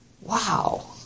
wow